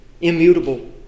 immutable